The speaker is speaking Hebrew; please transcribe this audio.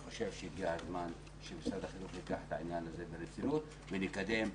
הגיע הזמן שמשרד החינוך ייקח את העניין הזה ברצינות ונקדם אותו.